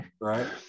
right